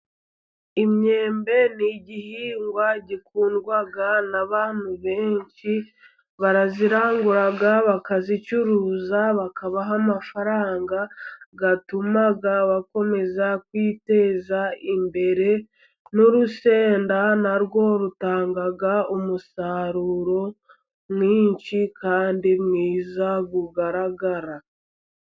Imyembe ni igihingwa gikundwa n'abantu benshi barayirangura bakayicuruza bakabaha amafaranga atuma bakomeza kwiteza imbere, n'urusenda na rwo rutanga umusaruro mwinshi kandi mwiza ugaragara.